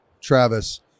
Travis